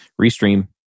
Restream